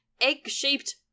egg-shaped